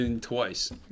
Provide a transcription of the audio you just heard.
twice